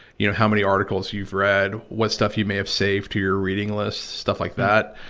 you know, how many articles you've read, what stuff you may have saved to your reading list, stuff like that.